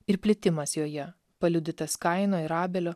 ir plitimas joje paliudytas kaino ir abelio